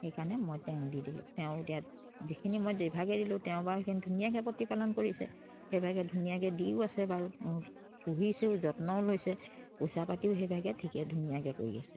সেইকাৰণে মই তেওঁক দি দিলোঁ তেওঁ এতিয়া যিখিনি মই দিলোঁ তেওঁবাৰ সেইখিনি ধুনীয়াকে প্ৰতিপালন কৰিছে সেইভাগে ধুনীয়াকে দিও আছে বাৰু পুহিছেও যত্নও লৈছে পইচা পাতিও সেইভাগে ঠিকে ধুনীয়াকে কৰি আছে